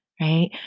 right